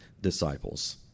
disciples